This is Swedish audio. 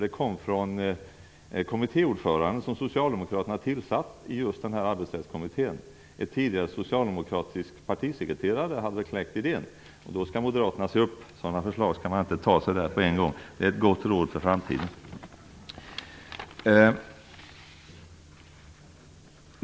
Det kom ju från den kommittéordföranden som socialdemokraterna tillsatt i Arbetsrättskommittén. En tidigare socialdemokratisk partisekreterare hade kläckt idén. Då skall moderaterna se upp. Sådana förslag skall man inte anta så där på en gång. Det är ett gott råd för framtiden.